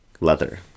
Leather